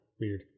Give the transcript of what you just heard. weird